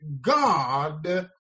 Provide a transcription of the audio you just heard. God